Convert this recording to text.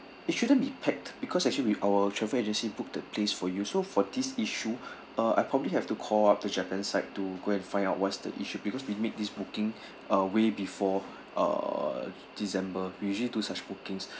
it shouldn't be packed because actually with our travel agency booked the place for you so for this issue uh I probably have to call up to japan side to go and find out what's the issue because we made this booking uh way before uh december we usually do such bookings